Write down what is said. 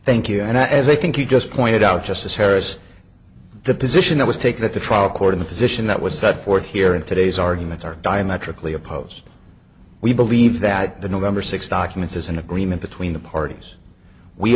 thank you and as i think you just pointed out justice harris the position that was taken at the trial court of the position that was set forth here in today's arguments are diametrically opposed we believe that the november sixth documents is an agreement between the parties we